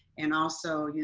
and also, yeah